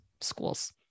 schools